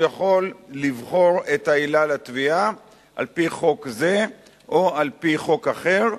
הוא יכול לבחור את העילה לתביעה על-פי חוק זה או על-פי חוק אחר,